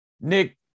Nick